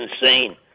insane